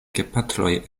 gepatroj